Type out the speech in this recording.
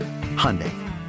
Hyundai